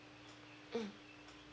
mm